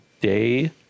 day